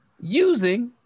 using